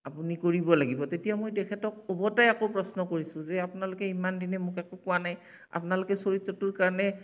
আপুনি কৰিব লাগিব তেতিয়া মই তেখেতক উভতাই আকৌ প্ৰশ্ন কৰিছোঁ যে আপোনালোকে ইমান দিনে মোক একো কোৱা নাই আপোনালোকে চৰিত্ৰটোৰ কাৰণে